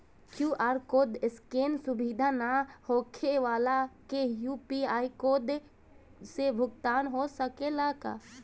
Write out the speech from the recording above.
QR code scan सुविधा ना होखे वाला के यू.पी.आई कोड से भुगतान हो सकेला का?